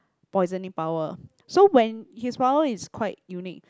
poisoning power so when his power is quite unique